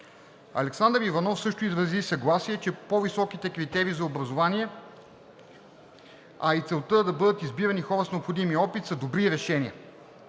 Александър Иванов също изрази съгласие, че по-високите критерии за образование, а и целта да бъдат избирани хора с необходимия опит, са добри решения.